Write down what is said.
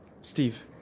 Steve